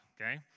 Okay